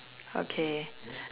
okay